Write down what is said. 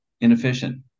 inefficient